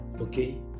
okay